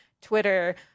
Twitter